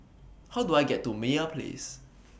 How Do I get to Meyer Place